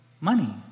money